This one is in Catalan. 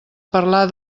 parlar